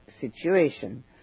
situation